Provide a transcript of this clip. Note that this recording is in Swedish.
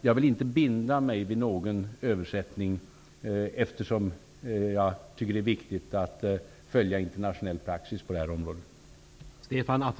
Jag vill inte binda mig vid någon översättning, eftersom jag tycker att det är viktigt att följa internationell praxis på området.